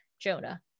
Jonah